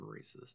racist